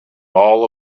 all